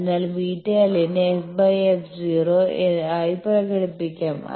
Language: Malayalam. അതിനാൽ βl നെ ff 0 ആയി പ്രകടിപ്പിക്കാം